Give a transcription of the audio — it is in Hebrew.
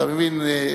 אתה מבין?